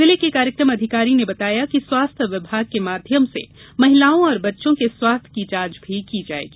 जिले के कार्यक्रम अधिकारी ने बताया कि स्वास्थ्य विभाग के माध्यम से महिलाओं और बच्चों के स्वास्थ्य की जांच भी की जायेगी